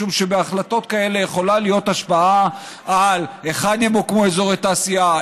משום שלהחלטות כאלה יכולה להיות השפעה על היכן ימוקמו אזורי תעשייה,